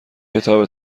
کتاب